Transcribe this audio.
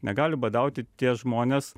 negali badauti tie žmonės